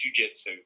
jujitsu